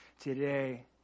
Today